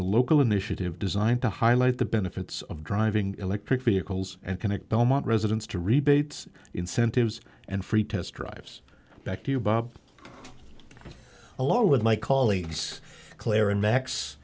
a local initiative designed to highlight the benefits of driving electric vehicles and connect elmont residents to rebates incentives and free test drives back to you bob along with my colleagues claire and ma